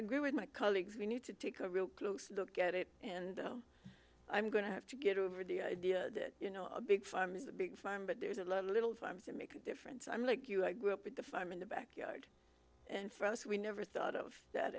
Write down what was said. agree with my colleagues we need to take a real close look at it and i'm going to have to get over the idea that you know a big farm is a big farm but there's a little farm to make a difference i'm like you i grew up with the farm in the backyard and for us we never thought of that